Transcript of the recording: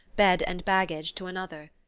bed and baggage, to another.